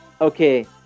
okay